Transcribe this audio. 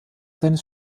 seines